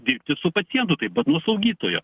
dirbti su pacientu taip pat nuo slaugytojo